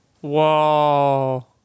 Whoa